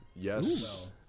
Yes